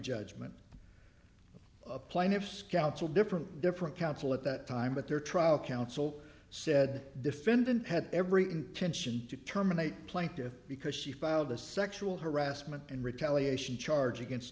judgment plaintiff's counsel different different counsel at that time but their trial counsel said defendant had every intention to terminate plaintive because she filed a sexual harassment and retaliation charge against